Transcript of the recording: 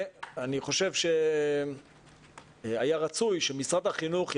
אני חושב שגם בהקשר של שאלת ההפגנות,